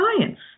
science